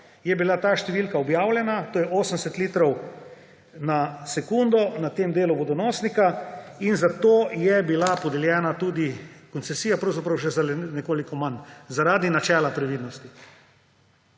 je bila ta številka objavljena, to je 80 litrov na sekundo na tem delu vodonosnika; in za to je bila podeljena tudi koncesija, pravzaprav še za nekoliko manj, zaradi načela previdnosti.